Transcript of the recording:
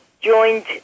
joined